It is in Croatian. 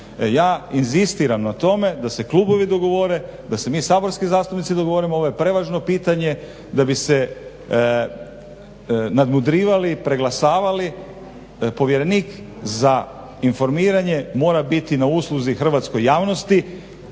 Ja inzistiram na tome da se klubovi dogovore, da se mi saborski zastupnici dogovorimo. Ovo je prevažno pitanje da bi se nadmudrivali, preglasavali. Povjerenik za informiranje mora biti na usluzi hrvatskoj javnosti.